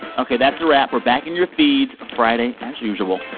ok. that's a wrap. we're back in your feeds friday as usual.